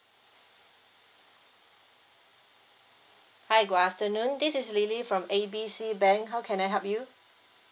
hi good afternoon this is lily from A B C bank how can I help you